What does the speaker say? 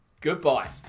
goodbye